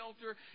shelter